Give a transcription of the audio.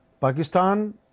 Pakistan